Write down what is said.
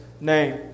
name